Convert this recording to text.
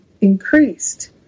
increased